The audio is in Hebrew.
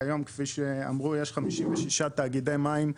כיום כפי שאמרו יש 56 תאגידי מים,